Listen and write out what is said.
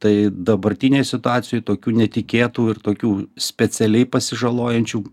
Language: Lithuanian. tai dabartinėj situacijoj tokių netikėtų ir tokių specialiai pasižalojančių